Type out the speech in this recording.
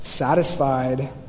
Satisfied